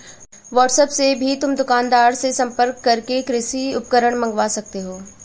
WhatsApp से भी तुम दुकानदार से संपर्क करके कृषि उपकरण मँगवा सकते हो